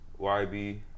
YB